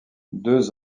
deux